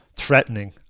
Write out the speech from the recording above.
threatening